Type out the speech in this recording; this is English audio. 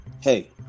hey